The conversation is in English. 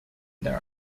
there